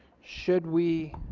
should we